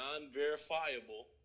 non-verifiable